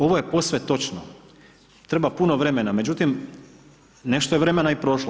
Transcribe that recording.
Ovo je posve točno, treba puno vremena, međutim, nešto je vremena i prošlo.